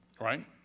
right